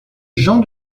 jean